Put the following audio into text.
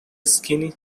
skinny